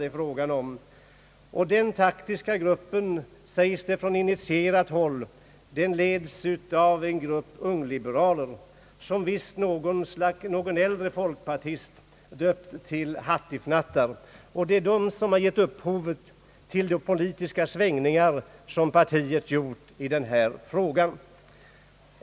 Det sägs från initierat håll att den taktiska gruppen leds av några ungliberaler, som visst någon äldre folkpartist döpt till hattifnattar. Det är de som gett upphovet till de politiska svängningar som partiet gjort i denna fråga.